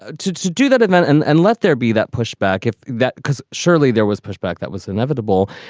ah to to do that again and and let there be that pushback, if that because surely there was pushback that was inevitable.